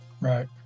Right